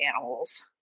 animals